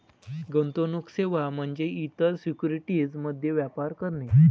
गुंतवणूक सेवा म्हणजे इतर सिक्युरिटीज मध्ये व्यापार करणे